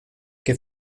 que